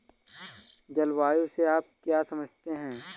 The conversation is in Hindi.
जलवायु से आप क्या समझते हैं?